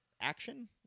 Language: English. action